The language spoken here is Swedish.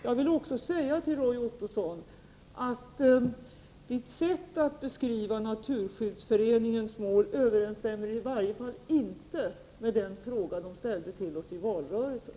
Jag vill också säga till Roy Ottosson att hans sätt att beskriva Naturskyddsföreningens mål överensstämmer i varje fall inte med den fråga Naturskyddsföreningen ställde till oss i valrörelsen.